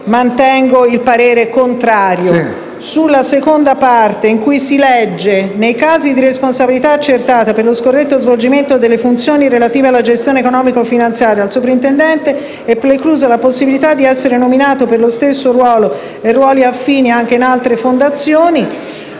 la seconda parte, cioè sul punto 3) in cui si legge: «nei casi di casi di responsabilità accertata per lo scorretto svolgimento delle funzioni relative alla gestione economico-finanziaria, al soprintendente è preclusa la possibilità di essere nominato per lo stesso ruolo e ruoli affini, anche in altre fondazioni»,